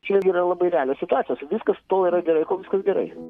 čia yra labai realios situacijos viskas tol yra gerai kol viskas gerai